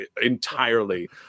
entirely